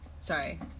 Sorry